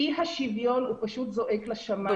אי השוויון פשוט זועק לשמיים.